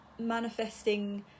manifesting